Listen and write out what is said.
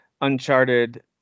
uncharted